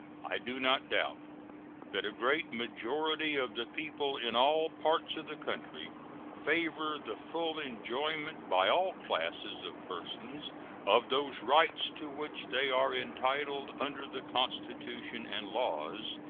i do not doubt that a great majority of the people in all parts of the country favor the full enjoyment by all classes of persons of those rights to which they are entitled under the constitution and laws,